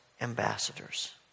ambassadors